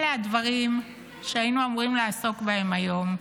אלה הדברים שהיינו אמורים לעסוק בהם היום,